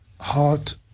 heart